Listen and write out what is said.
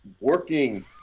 working